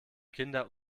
kinder